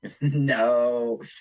No